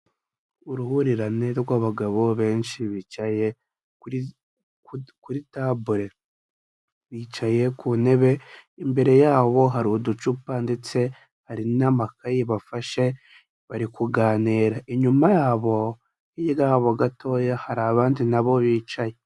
Uruhurirane rw'abagabo benshi bicaye kuri table bicaye ku ntebe imbere yabo hari uducupa ndetse hari n'amakayi bafashe bari kuganira inyuma yabo hirya yabo gatoya hari abandi nabo bicaye.